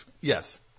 Yes